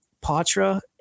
Patra